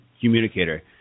communicator